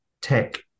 tech